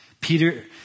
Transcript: Peter